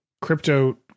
crypto